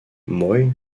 moy